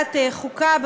בוועדת החוקה,